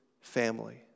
family